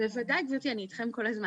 בוודאי גברתי, אני אתכם כל הזמן.